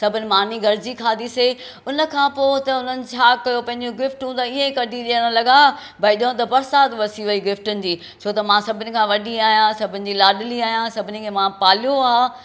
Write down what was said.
सभिनी मानी गॾिजी खाधीसीं हुन खां पोइ त उन्हनि छा कयो पंहिंजूं गिफ्टूं त इअं कढी ॾियण लॻा भाई ॼण त बरसाति वसी वेई गिफ्टुनि जी छो त मां सभिनिनि खां वॾी आहियां सभिनी जी लाॾली आहियां सभिनिनि खे मां पालियो आहे